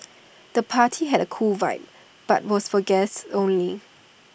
the party had cool vibe but was for guests only